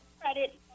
credit